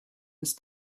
ist